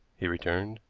he returned.